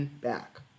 back